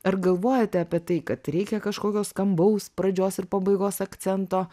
ar galvojote apie tai kad reikia kažkokio skambaus pradžios ir pabaigos akcento